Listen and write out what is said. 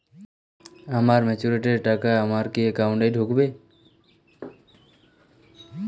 আমার ম্যাচুরিটির টাকা আমার কি অ্যাকাউন্ট এই ঢুকবে?